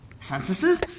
censuses